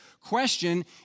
Question